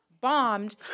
bombed